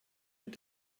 mit